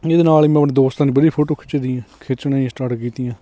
ਇਹਦੇ ਨਾਲ ਮੈਂ ਆਪਣੇ ਦੋਸਤਾਂ ਦੀ ਵਧੀਆ ਫੋਟੋ ਖਿੱਚਦੀ ਹਾਂ ਖਿੱਚਣੀ ਸਟਾਰਟ ਕੀਤੀਆਂ